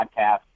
podcast